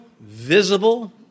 visible